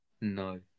No